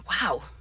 Wow